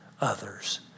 others